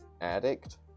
addict